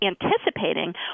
anticipating